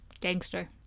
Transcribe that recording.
Gangster